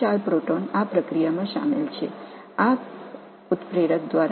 இந்த செயல்பாட்டில் 4 புரோட்டான்கள் ஈடுபட்டுள்ளன